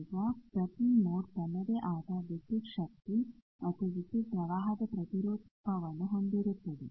ಈಗ ಪ್ರತಿ ಮೋಡ್ ತನ್ನದೇ ಆದ ವಿದ್ಯುತ್ ಶಕ್ತಿ ಮತ್ತು ವಿದ್ಯುತ್ ಪ್ರವಾಹದ ಪ್ರತಿರೂಪವನ್ನು ಹೊಂದಿರುತ್ತದೆ